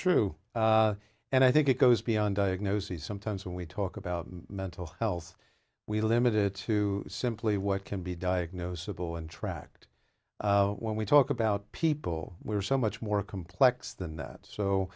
true and i think it goes beyond diagnoses sometimes when we talk about mental health we limit it to simply what can be diagnosable and tracked when we talk about people we're so much more complex than that so